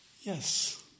Yes